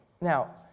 Now